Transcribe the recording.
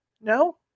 No